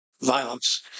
violence